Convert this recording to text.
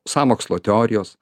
sąmokslo teorijos